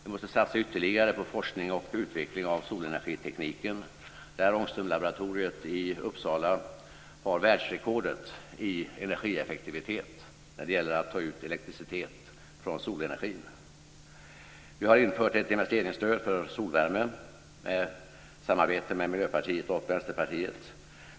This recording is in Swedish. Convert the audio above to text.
Vi måste satsa ytterligare på forskning om och utveckling av solenergitekniken där Ångströmlaboratoriet i Uppsala har världsrekordet i energieffektivitet när det gäller att ta ut elektricitet från solenergin. Vi har infört ett investeringsstöd för solvärme i samarbete med Miljöpartiet och Vänsterpartiet.